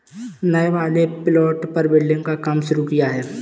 नए वाले प्लॉट पर बिल्डिंग का काम शुरू किया है